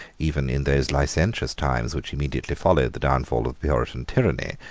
even in those licentious times which immediately followed the downfall of the puritan tyranny,